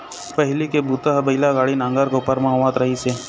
पहिली के बूता ह बइला गाड़ी, नांगर, कोपर म होवत रहिस हे